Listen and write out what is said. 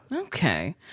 okay